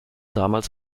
damals